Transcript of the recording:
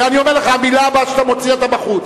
ואני אומר לך, המלה הבאה שאתה מוציא, אתה בחוץ.